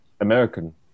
American